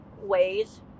ways